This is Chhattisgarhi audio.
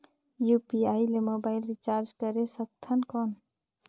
यू.पी.आई ले मोबाइल रिचार्ज करे सकथन कौन?